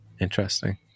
interesting